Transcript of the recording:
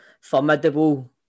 formidable